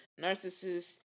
narcissist